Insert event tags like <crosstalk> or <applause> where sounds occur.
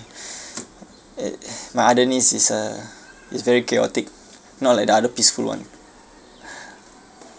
<breath> my other niece is uh is very chaotic not like the other peaceful one <breath>